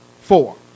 Four